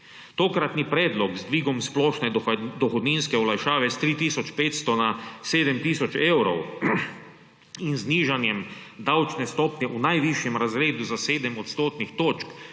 Tokratni predlog z dvigom splošne dohodninske olajšave s 3 tisoč 500 na 7 tisoč evrov in z znižanjem davčne stopnje v najvišjem razredu za sedem odstotnih točk